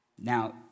Now